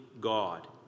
God